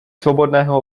svobodného